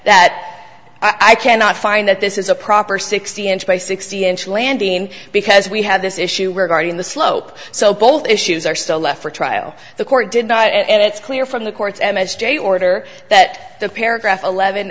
that i cannot find that this is a proper sixty inch by sixty inch landing because we have this issue regarding the slope so both issues are still left for trial the court denied and it's clear from the court's m s j order that the paragraph eleven